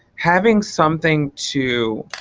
having something to